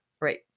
right